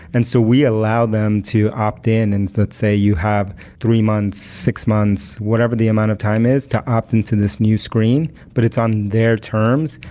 and so we allow them to opt in and let's say you have three months, six months, whatever the amount of time is to opt-in and to this new screen, but it's on their terms.